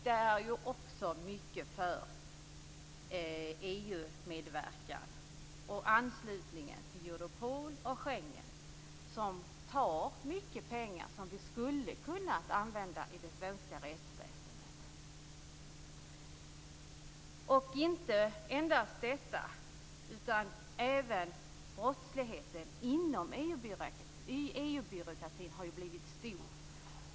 Det beror mycket på EU-medverkan, anslutningen till Europol och Schengen, som tar mycket pengar som vi skulle kunnat använda i det svenska rättsväsendet. Och inte bara det - även brottsligheten inom EU byråkratin har nu blivit stor.